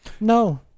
No